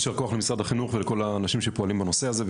יישר כוח למשרד החינוך ולכל האנשים שפועלים בנושא הזה,